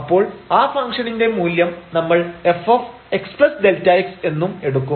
അപ്പോൾ ആ ഫംഗ്ഷണിന്റെ മൂല്യം നമ്മൾ f xΔx എന്നും എടുക്കും